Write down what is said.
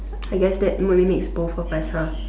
I guess that mimics both of us